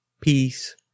peace